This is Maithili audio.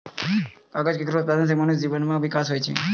कागज केरो उत्पादन सें ही मनुष्य जीवन म बिकास होलै